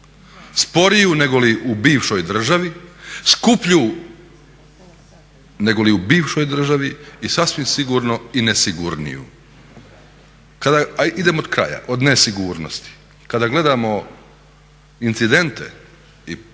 Sporiju nego li u bivšoj državi, skuplju nego li u bivšoj državi i sasvim sigurno i nesigurniju. Kada, idem od kraja od nesigurnosti. Kada gledamo incidente i nesreće